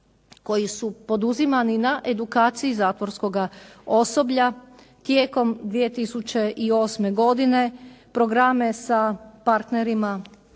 koji su poduzimani na edukaciji zatvorskoga osoblja tijekom 2008. godine, programe sa partnerima